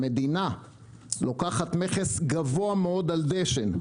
המדינה לוקחת מכס גבוה מאוד על דשן.